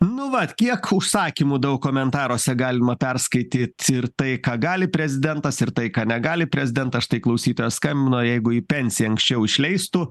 nu vat kiek užsakymų daug komentaruose galima perskaityt ir tai ką gali prezidentas ir tai ką negali prezidentas štai klausytoja skambino jeigu į pensiją anksčiau išleistų